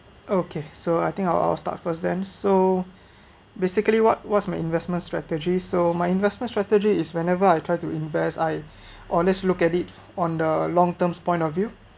okay so I think I'll I'll start first then so basically what what’s my investment strategy so my investment strategy is whenever I try to invest I always look at it on the long terms point of view